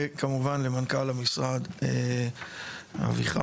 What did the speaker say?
וכמובן למנכ"ל המשרד, אביחי,